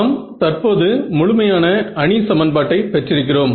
நாம் தற்போது முழுமையான அணி சமன்பாட்டை பெற்றிருக்கிறோம்